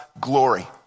glory